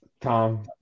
Tom